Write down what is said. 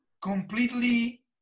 completely